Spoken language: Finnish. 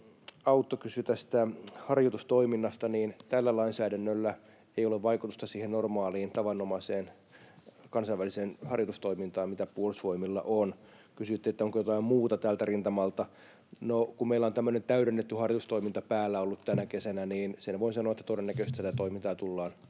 Autto kysyi harjoitustoiminnasta. Tällä lainsäädännöllä ei ole vaikutusta siihen normaaliin, tavanomaiseen, kansainväliseen harjoitustoimintaan, mitä Puolustusvoimilla on. Kysyitte, onko jotain muuta tältä rintamalta. No, kun meillä on tämmöinen täydennetty harjoitustoiminta päällä ollut tänä kesänä, niin sen voin sanoa, että todennäköisesti tätä toimintaa tullaan